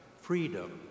freedom